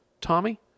Tommy